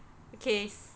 okays